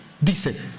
Dice